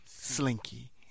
Slinky